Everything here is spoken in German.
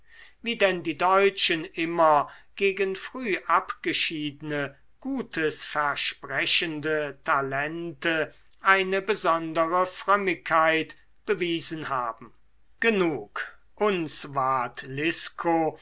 wie denn die deutschen immer gegen frühabgeschiedene gutes versprechende talente eine besondere frömmigkeit bewiesen haben genug uns ward liscow